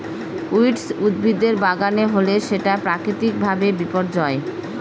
weed উদ্ভিদের বাগানে হলে সেটা প্রাকৃতিক ভাবে বিপর্যয়